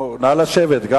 נא לשבת.